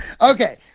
okay